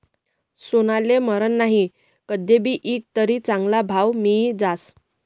सोनाले मरन नही, कदय भी ईकं तरी चांगला भाव मियी जास